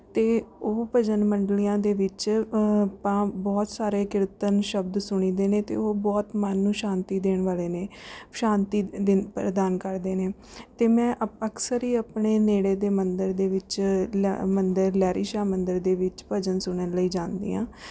ਅਤੇ ਉਹ ਭਜਨ ਮੰਡਲੀਆਂ ਦੇ ਵਿੱਚ ਆਪਾਂ ਬਹੁਤ ਸਾਰੇ ਕੀਰਤਨ ਸ਼ਬਦ ਸੁਣੀ ਦੇ ਨੇ ਅਤੇ ਉਹ ਬਹੁਤ ਮਨ ਨੂੰ ਸ਼ਾਂਤੀ ਦੇਣ ਵਾਲੇ ਨੇ ਸ਼ਾਂਤੀ ਦਿੰ ਪ੍ਰਦਾਨ ਕਰਦੇ ਨੇ ਅਤੇ ਮੈਂ ਆਪ ਅਕਸਰ ਹੀ ਆਪਣੇ ਨੇੜੇ ਦੇ ਮੰਦਰ ਦੇ ਵਿੱਚ ਲ ਮੰਦਰ ਲਹਿਰੀ ਸ਼ਾਹ ਮੰਦਰ ਦੇ ਵਿੱਚ ਭਜਨ ਸੁਣਨ ਲਈ ਜਾਂਦੀ ਹਾਂ